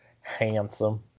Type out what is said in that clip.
Handsome